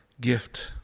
gift